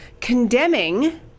condemning